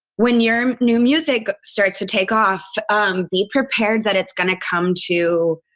when your new music starts to take off, um be prepared that it's going to come to,